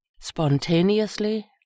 Spontaneously